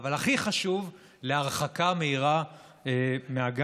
אבל הכי חשוב להרחקה מהירה מהגן,